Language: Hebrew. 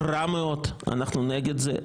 רע מאוד, אנחנו נגד זה.